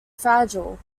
fragile